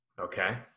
Okay